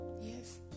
Yes